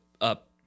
up